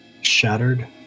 Shattered